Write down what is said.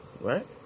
Right